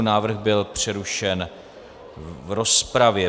Návrh byl přerušen v rozpravě.